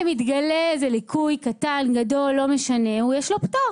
מתגלה ליקוי קטן או גדול, לא משנה, ויש לו פטור.